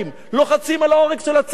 לוחצים על העורק של הצוואר,